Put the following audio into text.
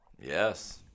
Yes